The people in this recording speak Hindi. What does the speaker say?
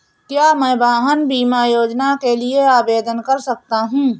क्या मैं वाहन बीमा योजना के लिए आवेदन कर सकता हूँ?